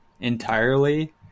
entirely